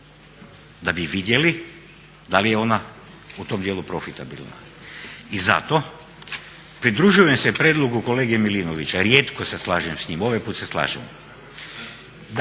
da bi vidjeli da li je ona u tom dijelu profitabilna. I zato pridružujem se prijedlogu kolege Milinovića, rijetko se slažem s njim, ovaj put se slažem,